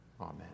Amen